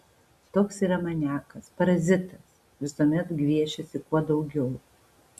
toks yra maniakas parazitas visuomet gviešiasi kuo daugiau